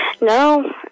no